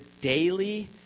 daily